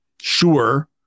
sure